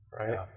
right